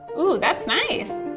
ooh, that's nice.